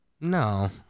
No